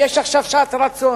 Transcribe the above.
יש עכשיו שעת רצון.